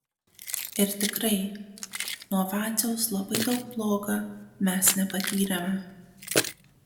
ir tikrai nuo vaciaus labai daug bloga mes nepatyrėme